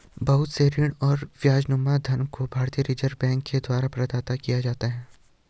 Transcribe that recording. बहुत से ऋण और ब्याजनुमा धन को भारतीय रिजर्ब बैंक के द्वारा प्रदत्त किया जाता है